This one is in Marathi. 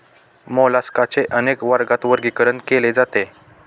मोलास्काचे अनेक वर्गात वर्गीकरण केले जाते